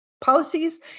policies